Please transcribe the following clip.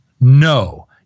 no